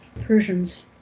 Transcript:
Persians